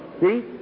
See